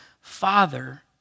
Father